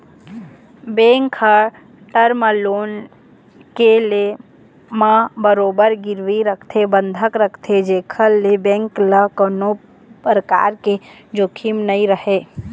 bank ह term loan के ले म बरोबर गिरवी रखथे बंधक रखथे जेखर ले बेंक ल कोनो परकार के जोखिम नइ रहय